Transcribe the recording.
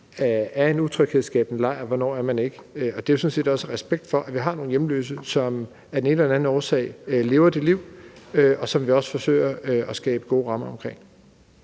om en utryghedsskabende lejr, og hvornår der ikke er, og det er sådan set også af respekt for, at vi har nogle hjemløse, som af den ene eller den anden årsag lever det liv, og som vi også forsøger at skabe gode rammer for.